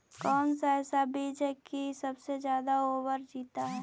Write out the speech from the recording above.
कौन सा ऐसा बीज है की सबसे ज्यादा ओवर जीता है?